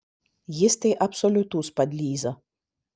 jis tai absoliutus padlyza